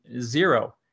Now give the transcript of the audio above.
zero